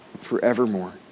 forevermore